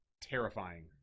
terrifying